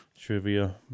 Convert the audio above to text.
trivia